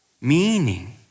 meaning